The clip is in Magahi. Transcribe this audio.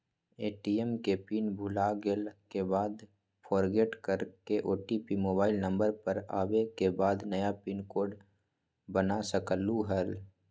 ए.टी.एम के पिन भुलागेल के बाद फोरगेट कर ओ.टी.पी मोबाइल नंबर पर आवे के बाद नया पिन कोड बना सकलहु ह?